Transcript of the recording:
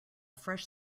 fresh